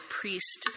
priest